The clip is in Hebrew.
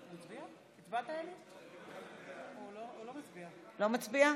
הוא לא מצביע?